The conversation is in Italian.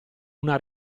una